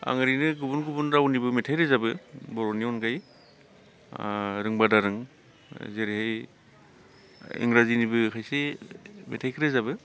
आं ओरैनो गुबुन गुबुन रावनिबो मेथाइ रोजाबबो बर'नि अनगायै ओ रोंब्ला दारों जेरै इंराजिनिबो खायसे मेथाइखो रोजाबो